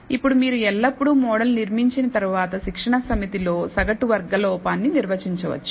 ఇప్పుడు మీరు ఎల్లప్పుడూ మోడల్ నిర్మించిన తర్వాత శిక్షణా సమితిలో సగటు వర్గ లోపాన్ని అ నిర్వచించవచ్చు